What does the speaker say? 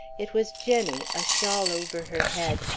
it was jenny, a shawl over her head,